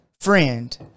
friend